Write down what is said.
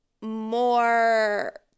more